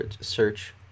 search